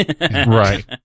right